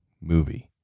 movie